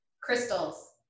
crystals